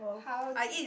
how did